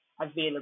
available